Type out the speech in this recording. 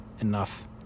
enough